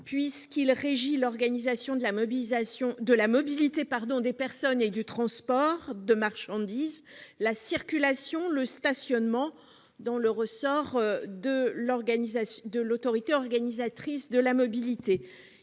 puisqu'il régit l'organisation de la mobilité des personnes, du transport de marchandises, ainsi que la circulation et le stationnement, dans le ressort de l'autorité organisatrice de la mobilité.